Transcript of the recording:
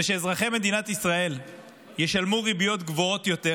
וכשאזרחי מדינת ישראל ישלמו ריביות גבוהות יותר,